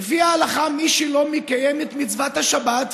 לפי ההלכה, מי שלא מקיים את מצוות השבת,